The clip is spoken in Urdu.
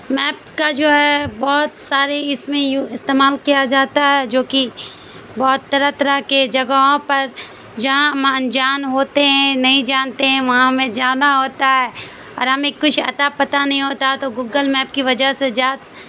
میپ کا جو ہے بہت سارے اس میں استعمال کیا جاتا ہے جو کہ بہت طرح طرح کے جگہوں پر جہاں ما انجان ہوتے ہیں نہیں جانتے ہیں وہاں ہمیں جانا ہوتا ہے اور ہمیں کچھ اتا پتہ نہیں ہوتا تو گگل میپ کی وجہ سے جات